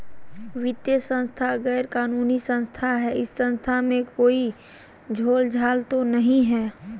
वित्तीय संस्था गैर कानूनी संस्था है इस संस्था में कोई झोलझाल तो नहीं है?